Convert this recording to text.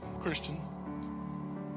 Christian